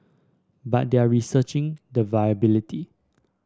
but they are researching the viability